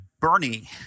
Bernie